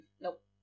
Nope